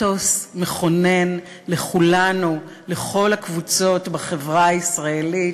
אתוס מכונן לכולנו, לכל הקבוצות בחברה הישראלית,